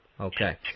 Okay